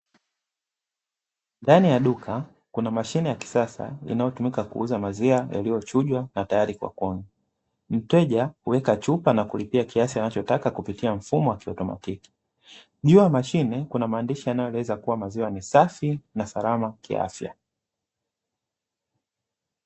Ndani ya duka kuna mashine ya kisasa inayotumika kuuza maziwa yaliyochujwa na tayari kwa kunywa, mteja huweka chupa na kulipia kiasi anachotaka kupitia mfumo wa kielectromatiki, juu ya mashine kuna maandishi yanayoeleza kuwa maziwa ni safi na salama kiafya.